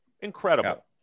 incredible